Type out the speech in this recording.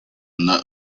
nut